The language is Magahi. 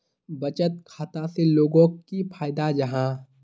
बचत खाता से लोगोक की फायदा जाहा?